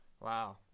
Wow